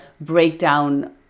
breakdown